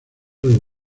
algo